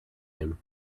him